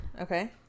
Okay